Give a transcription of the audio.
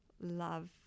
love